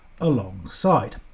alongside